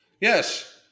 yes